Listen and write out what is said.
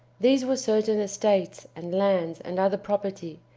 these were certain estates, and lands, and other property,